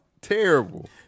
terrible